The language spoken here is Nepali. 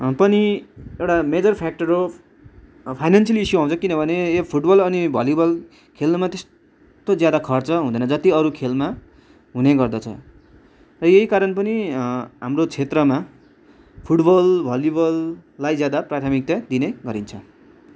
पनि एउटा मेजर फ्याक्टर हो फाइनेनसियल इस्यु आउँछ किनभने यो फुटबल अनि भलिबल खेल्नुमा त्यस्तो ज्यादा खर्च हुँदैन जति अरू खेलमा हुने गर्दछ र यही कारण पनि हाम्रो क्षेत्रमा फुटबल भलिबललाई ज्यादा प्राथमिकता दिने गरिन्छ